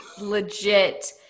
legit